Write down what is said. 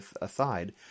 aside